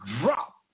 drop